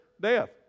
Death